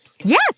Yes